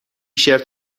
شرت